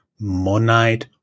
Monite